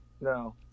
No